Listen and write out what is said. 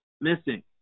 missing